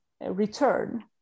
return